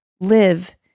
Live